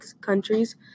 countries